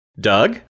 Doug